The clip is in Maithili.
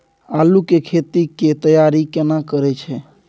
आलू के खेती के तैयारी केना करै छै?